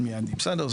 בסדר,